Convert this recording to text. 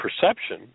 perception